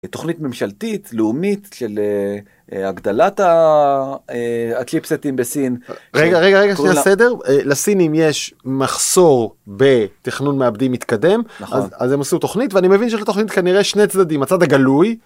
תוכנית ממשלתית לאומית של הגדלת הקליפסטים בסין. רגע, רגע, רגע, שניה סדר, לסינים יש מחסור בתכנון מעבדים מתקדם, אז הם עשו תוכנית ואני מבין שלתוכנית ישכנראה שני צדדים, הצד הגלוי